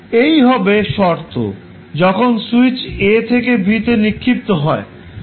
এই হবে শর্ত যখন সুইচ a থেকে b তে নিক্ষিপ্ত হয়